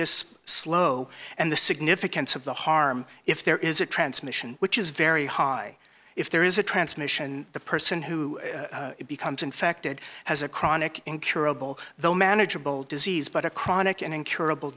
is slow and the significance of the harm if there is a transmission which is very high if there is a transmission the person who becomes infected has a chronic incurable though manageable disease but a chronic and incurable